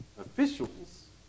officials